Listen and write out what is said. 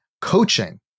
coaching